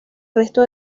resto